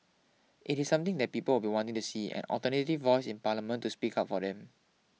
it is something that people will be wanting to see an alternative voice in parliament to speak up for them